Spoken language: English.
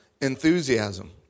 enthusiasm